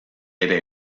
ere